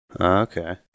Okay